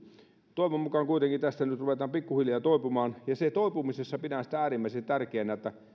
toivon mukaan tästä nyt kuitenkin ruvetaan pikkuhiljaa toipumaan ja siinä toipumisessa pidän äärimmäisen tärkeänä sitä että